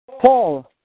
Paul